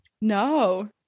No